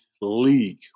league